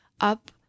up